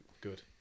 good